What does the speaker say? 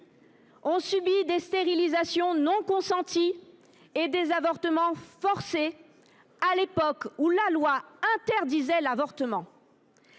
ont subi des stérilisations non consenties et des avortements forcés à l’époque où la loi interdisait l’avortement